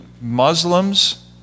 Muslims